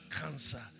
cancer